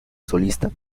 solista